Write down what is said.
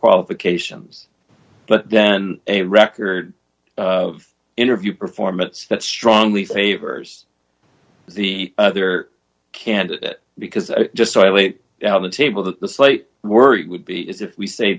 qualifications but then a record of interview performance that strongly favors the other candidate because just so i laid on the table that the slate worry would be is if we say